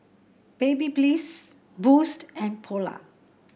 Babyliss Boost and Polar